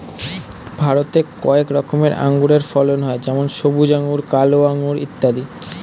ভারতে কয়েক রকমের আঙুরের ফলন হয় যেমন সবুজ আঙুর, কালো আঙুর ইত্যাদি